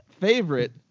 favorite